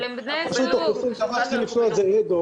רשות האוכלוסין רוצים לבחון את זה אד-הוק,